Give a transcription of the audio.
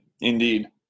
indeed